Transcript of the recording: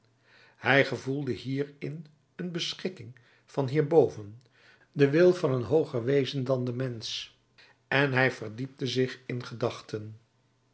hij gevoelde hierin een beschikking van hierboven den wil van een hooger wezen dan de mensch en hij verdiepte zich in gedachten